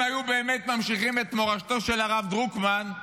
אם היו באמת ממשיכים את מורשתו של הרב דרוקמן,